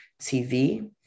TV